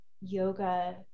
yoga